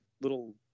little